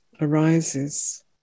arises